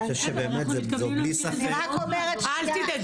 אני רק אומרת שנייה